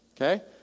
okay